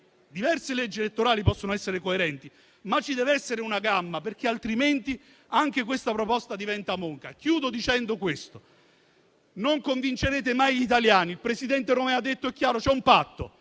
diverse leggi elettorali possono essere coerenti, ma ci deve pur essere una gamma, altrimenti anche questa proposta diventa monca. Concludo dicendo che non convincerete mai gli italiani. Il presidente Romeo ha detto chiaramente che c'è un patto: